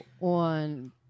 on